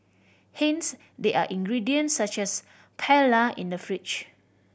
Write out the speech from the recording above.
hence there are ingredients such as paella in the fridge